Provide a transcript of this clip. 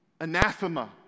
anathema